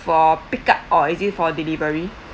for pick up or is it for delivery